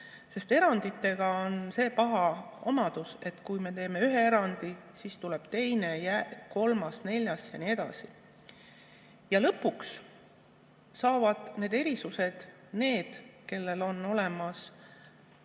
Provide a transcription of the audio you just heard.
Eranditega on see paha lugu, et kui me teeme ühe erandi, siis tuleb teine, kolmas, neljas ja nii edasi. Ja lõpuks saavutavad need erisused need, kellel on olemas